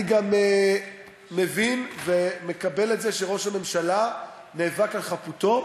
אני גם מבין ומקבל את זה שראש הממשלה נאבק על חפותו.